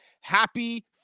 happy